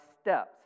steps